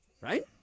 right